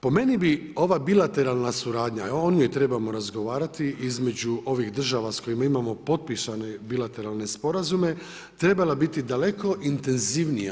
Po meni bi ova bilateralna suradnja, o njoj trebamo razgovarati, između ovih država s kojima imamo potpisane bilateralne sporazume, trebala biti daleko intenzivnija.